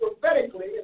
prophetically